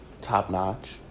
top-notch